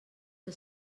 que